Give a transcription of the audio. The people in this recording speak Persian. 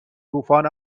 طوفان